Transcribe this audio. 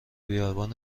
بیابان